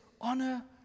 honor